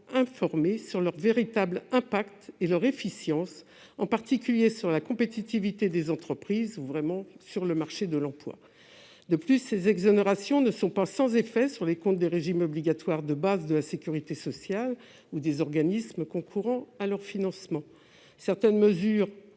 informé sur leur véritable impact et leur efficience, en particulier sur la compétitivité des entreprises ou sur le marché de l'emploi. De plus, ces exonérations ne sont pas sans effet sur les comptes des régimes obligatoires de base de la sécurité sociale ou des organismes concourant à leur financement. D'un côté, certaines mesures,